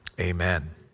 Amen